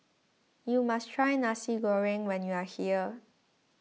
you must try Nasi Goreng when you are here